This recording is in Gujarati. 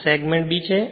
આ સેગમેન્ટ B છે